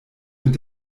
mit